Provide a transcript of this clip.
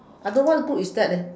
I don't what group is that leh